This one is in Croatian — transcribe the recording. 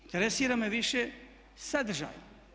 Interesira me više sadržaj.